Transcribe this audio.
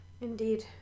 Indeed